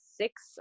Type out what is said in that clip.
six